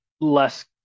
less